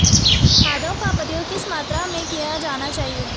खादों का प्रयोग किस मात्रा में किया जाना चाहिए?